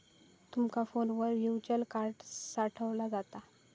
तुमचा फोनवर virtual card साठवला जाता